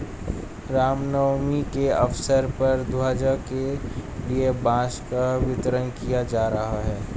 राम नवमी के अवसर पर ध्वजा के लिए बांस का वितरण किया जा रहा है